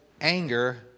anger